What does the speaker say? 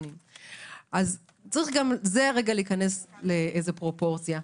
גם זה רגע להיכנס לפרופורציה.